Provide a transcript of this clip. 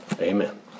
Amen